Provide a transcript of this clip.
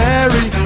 Mary